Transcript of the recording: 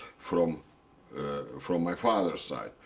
from from my father's side.